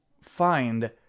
find